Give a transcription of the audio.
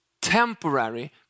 temporary